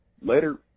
Later